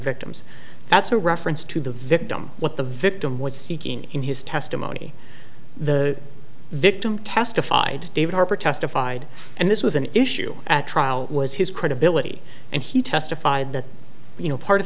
victims that's a reference to the victim what the victim was seeking in his testimony the victim testified david harper testified and this was an issue at trial was his credibility and he testified that you know part